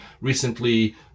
recently